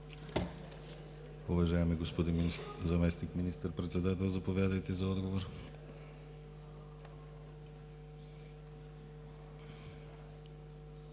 Уважаеми господин Заместник министър-председател, заповядайте за отговор.